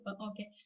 Okay